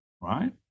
right